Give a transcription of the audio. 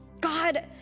God